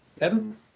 Evan